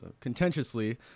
contentiously